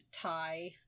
tie